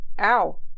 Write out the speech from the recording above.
Ow